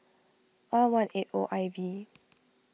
R one eight O I V